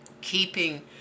Keeping